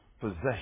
possession